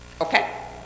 Okay